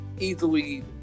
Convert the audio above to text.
easily